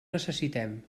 necessitem